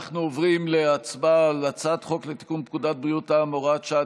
אנחנו עוברים להצבעה על הצעת חוק לתיקון פקודת בריאות העם (הוראת שעה,